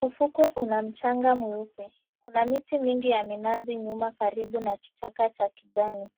Ufukwe una mchanga mweupe. Kuna miti mingi ya minazi nyuma karibu na kichaka cha kijani.